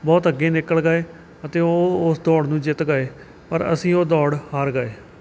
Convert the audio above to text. ਬਹੁਤ ਅੱਗੇ ਨਿਕਲ ਗਏ ਅਤੇ ਉਹ ਉਸ ਦੌੜ ਨੂੰ ਜਿੱਤ ਗਏ ਪਰ ਅਸੀਂ ਉਹ ਦੌੜ ਹਾਰ ਗਏ